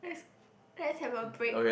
let's have a break